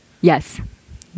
Yes